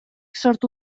sortu